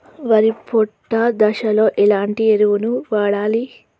వరి పొట్ట దశలో ఎలాంటి ఎరువును వాడాలి?